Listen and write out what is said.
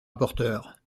rapporteur